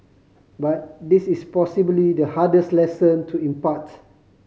but this is possibly the hardest lesson to impart